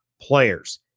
players